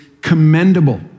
commendable